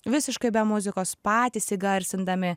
visiškai be muzikos patys įgarsindami